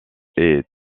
est